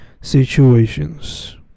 situations